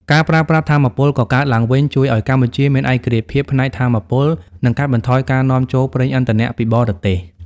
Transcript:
ការប្រើប្រាស់ថាមពលកកើតឡើងវិញជួយឱ្យកម្ពុជាមានឯករាជ្យភាពផ្នែកថាមពល និងកាត់បន្ថយការនាំចូលប្រេងឥន្ធនៈពីបរទេស។